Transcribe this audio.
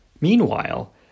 Meanwhile